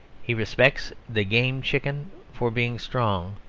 he respects the game chicken for being strong,